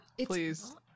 Please